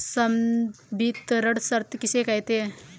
संवितरण शर्त किसे कहते हैं?